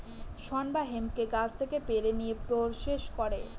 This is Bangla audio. শন বা হেম্পকে গাছ থেকে পেড়ে নিয়ে প্রসেস করে